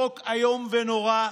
חוק איום ונורא,